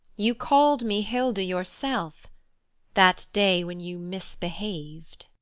you called me hilda yourself that day when you misbehaved.